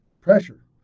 pressure